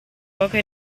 poche